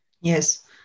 Yes